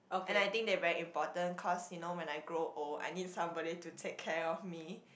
and I think they are very important cause you know when I grow old I need somebody to take care of me